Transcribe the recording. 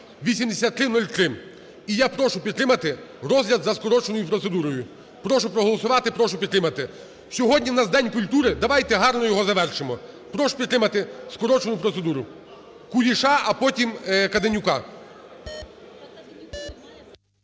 (8303). І я прошу підтримати розгляд за скороченою процедурою, прошу проголосувати, прошу підтримати. Сьогодні в нас день культури, давайте гарно його затвердимо. Прошу підтримати скорочену процедуру Куліша, а потім – Каденюка.